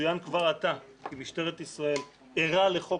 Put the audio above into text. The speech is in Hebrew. יצוין כבר עתה כי משטרת ישראל ערה לחוק